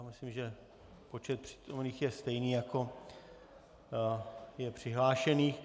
Myslím, že počet přítomných je stejný, jako je přihlášených.